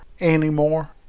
anymore